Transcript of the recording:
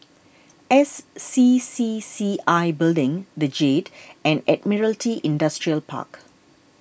S C C C I Building the Jade and Admiralty Industrial Park